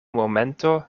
momento